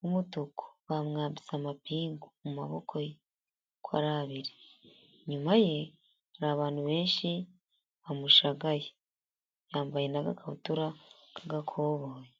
w'umutuku bamwambitse amapingu mu maboko ye uko ari abiri. Inyuma ye hari abantu benshi bamushagaye, yambaye n'agakabutura k'agakoboyi.